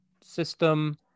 system